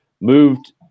moved